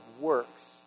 works